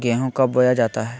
गेंहू कब बोया जाता हैं?